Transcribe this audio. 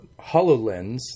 Hololens